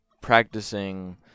practicing